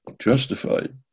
justified